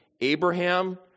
Abraham